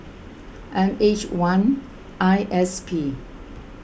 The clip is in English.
M H one I S P